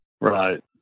right